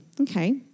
Okay